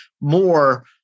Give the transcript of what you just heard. more